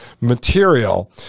material